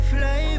Fly